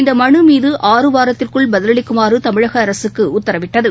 இந்தமனுமீது ஆறு வாரத்திற்குள் பதிலளிக்குமாறுதமிழகஅரசுக்குஉத்தரவிட்டது